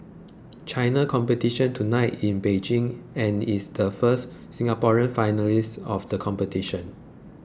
China competition tonight in Beijing and is the first Singaporean finalist of the competition